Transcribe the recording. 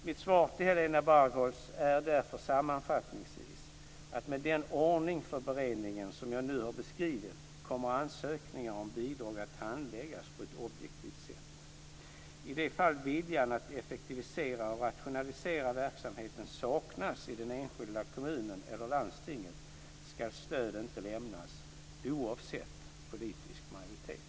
Mitt svar till Helena Bargholtz är därför sammanfattningsvis att med den ordning för beredningen som jag nu beskrivit kommer ansökningar om bidrag att handläggas på ett objektivt sätt. I de fall viljan att effektivisera och rationalisera verksamheten saknas i den enskilda kommunen eller landstinget ska inte stöd lämnas, oavsett politisk majoritet.